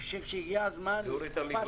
הגיע הזמן להוריד אותה לתקופה של שנתיים.